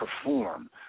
perform